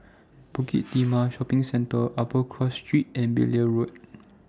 Bukit Timah Shopping Centre Upper Cross Street and Blair Road